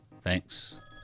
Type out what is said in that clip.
Thanks